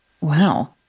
Wow